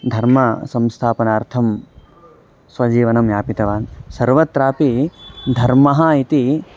धर्मसंस्थापनार्थं स्वजीवनं यापितवान् सर्वत्रापि धर्मः इति